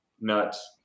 nuts